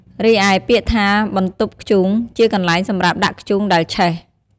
រីឯ ពាក្យថាបន្ទប់ធ្យូង ជាកន្លែងសម្រាប់ដាក់ធ្យូងដែលឆេះ។